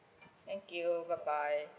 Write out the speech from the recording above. thank you bye bye